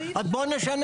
אז בואו נשנה.